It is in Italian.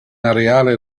areale